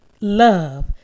love